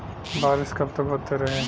बरिस कबतक होते रही?